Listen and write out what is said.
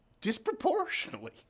disproportionately